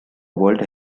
world